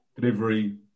delivery